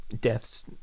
deaths